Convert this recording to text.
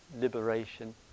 liberation